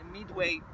Midway